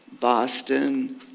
Boston